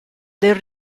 del